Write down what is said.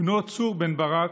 בנו, צור בן-ברק,